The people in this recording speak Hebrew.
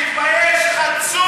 תתבייש, חצוף.